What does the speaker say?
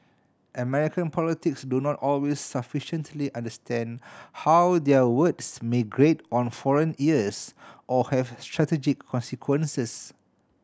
American politics do not always sufficiently understand how their words may grate on foreign ears or have strategic consequences